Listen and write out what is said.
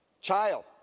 Child